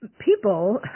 people